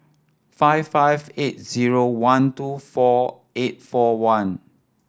five five eight zero one two four eight four one